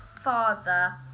father